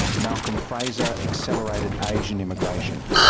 malcolm fraser accelerated asian immigration.